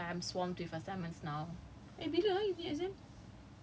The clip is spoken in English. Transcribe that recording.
mm no but I just do my assignments like I'm swamp with assignments now